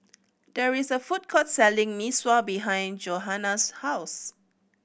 there is a food court selling Mee Sua behind Johana's house